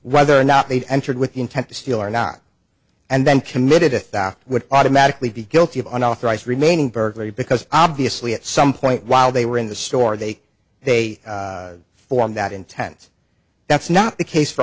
whether or not they'd entered with the intent to steal or not and then committed it would automatically be guilty of unauthorized remaining burglary because obviously at some point while they were in the store they they form that intends that's not the case for